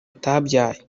atabyaye